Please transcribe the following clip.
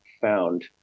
found